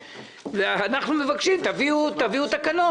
אנחנו הם אלה שמבקשים להביא תקנות.